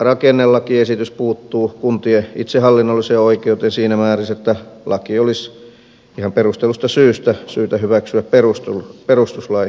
kuntarakennelakiesitys puuttuu kuntien itsehallinnolliseen oikeuteen siinä määrin että laki olisi ihan perustellusta syystä syytä hyväksyä perustuslain säätämisjärjestyksessä